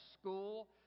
school